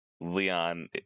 Leon